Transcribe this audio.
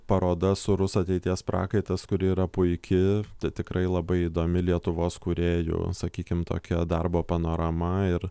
paroda sūrus ateities prakaitas kuri yra puiki tai tikrai labai įdomi lietuvos kūrėjų sakykim tokia darbo panorama ir